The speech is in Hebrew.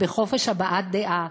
בחופש הבעת דעה,